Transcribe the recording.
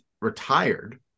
retired